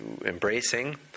embracing